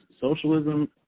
socialism